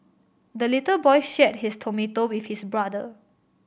the little boy shared his tomato with his brother